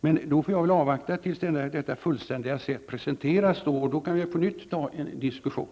Jag får väl avvakta till detta fullständiga sätt presenteras. Då kan vi på nytt ta upp en diskussion.